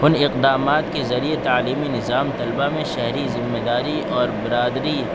ان اقدامات کے ذریعے تعلیمی نظام طلبا میں شہری ذمےداری اور برادری